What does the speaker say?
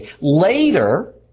Later